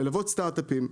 ללוות סטארט-אפים,